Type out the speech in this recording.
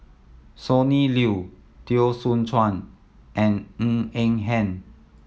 Sonny Liew Teo Soon Chuan and Ng Eng Hen